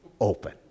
open